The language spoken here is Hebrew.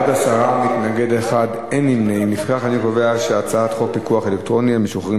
ההצעה להעביר את הצעת חוק פיקוח אלקטרוני על משוחררים